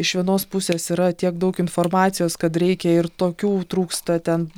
iš vienos pusės yra tiek daug informacijos kad reikia ir tokių trūksta ten